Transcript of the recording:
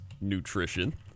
Nutrition